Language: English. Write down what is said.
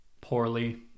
poorly